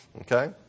Okay